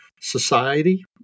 society